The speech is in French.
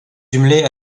jumelé